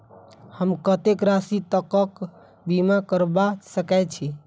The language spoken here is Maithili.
हम कत्तेक राशि तकक बीमा करबा सकै छी?